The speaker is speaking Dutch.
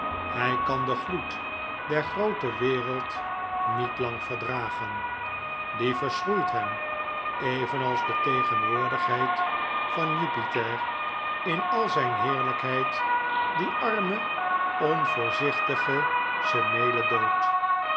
hij kan den gloed der groote wereld niet lang verdragen die verschroeit hem evenals de tegenwoordigheid van jupiter in al zijn heerlijkheid die arme onvoorzichtige semele